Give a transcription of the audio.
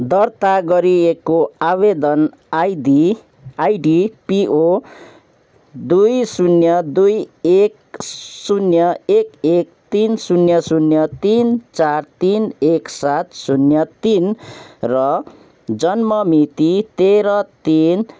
दर्ता गरिएको आवेदन आइडी आइडी पिओ दुई शून्य दुई एक शून्य एक एक तिन शून्य शून्य तिन चार तिन एक सात शून्य तिन र जन्ममिति तेह्र तिन